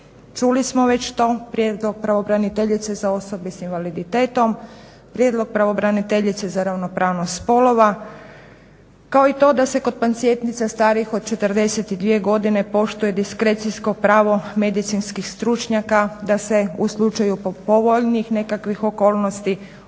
čuli smo već to, prijedlog pravobraniteljice za osobe s invaliditetom, prijedlog pravobraniteljice za ravnopravnost spolova, kao i to da se kod pacijentica starijih od 42 godine poštuje diskrecijsko pravo medicinskih stručnjaka da se u slučaju povoljnijih nekakvih okolnosti